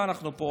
מה אנחנו פה,